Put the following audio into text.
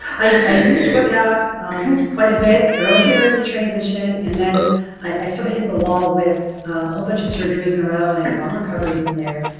i used to work out quite a bit earlier in transition, and then i sort of hit the wall with a whole bunch of surgeries in a row and i had long recoveries in there.